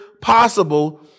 possible